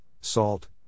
salt